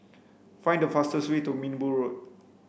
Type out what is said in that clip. find the fastest way to Minbu Road